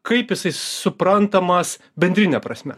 kaip jisai suprantamas bendrine prasme